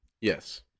Yes